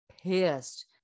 pissed